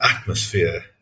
atmosphere